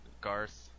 Garth